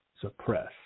suppress